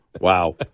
Wow